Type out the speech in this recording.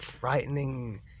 frightening